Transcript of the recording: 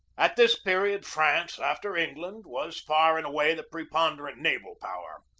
at this period france, after england, was far and away the preponderant naval power,